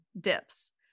dips